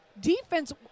defense